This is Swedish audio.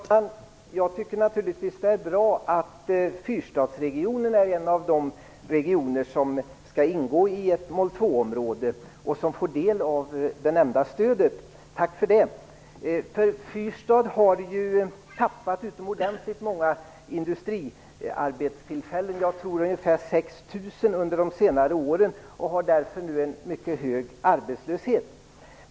Fru talman! Jag tycker naturligtvis att det är bra att fyrstadsregionen är en av de regioner som skall ingå i ett mål 2-område och som får del av det nämnda stödet. Tack för det! Fyrstadsregionen har ju tappat många industriarbetstillfällen under de senare årenjag tror att det är ungefär 6000 - och har därför en mycket hög arbetslöshet.